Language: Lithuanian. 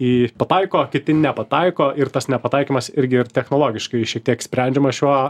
į pataiko kiti nepataiko ir tas nepataikymas irgi ir technologiškai šiek tiek sprendžiama šiuo